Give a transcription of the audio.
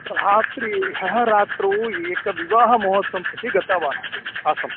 रात्रि ह्यः तात्रौ एक विवाहमहोत्सवं प्रति गतवानासीत् आसम्